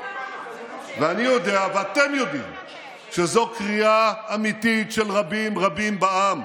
ואני יודע ואתם יודעים שזו קריאה אמיתית של רבים רבים בעם.